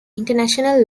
international